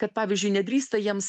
kad pavyzdžiui nedrįsta jiems